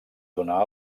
donar